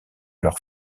leur